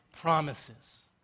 promises